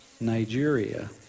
Nigeria